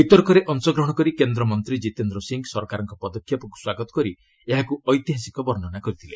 ବିତର୍କରେ ଅଂଶଗ୍ରହଣ କରି କେନ୍ଦ୍ର ମନ୍ତ୍ରୀ ଜିତେନ୍ଦ୍ର ସିଂହ ସରକାରଙ୍କ ପଦକ୍ଷେପକୁ ସ୍ୱାଗତ କରି ଏହାକୁ ଐତିହାସିକ ବର୍ଷ୍ଣନା କରିଥିଲେ